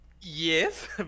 yes